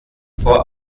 vor